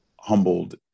humbled